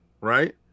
Right